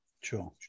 Sure